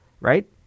right